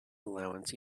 allowance